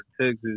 Texas